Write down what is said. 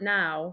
now